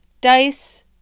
dice